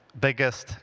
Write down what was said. biggest